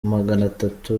maganatatu